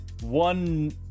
One